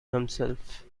himself